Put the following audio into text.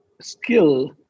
skill